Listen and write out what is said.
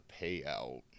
payout